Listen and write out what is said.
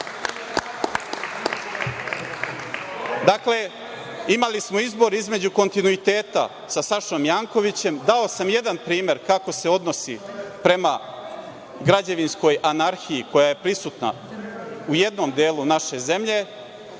SNS.Dakle, imali smo izbor između kontinuiteta sa Sašom Jankovićem. Dao sam jedan primer kako se odnosi prema građevinskoj anarhiji koja je prisutna u jednom delu naše zemlje.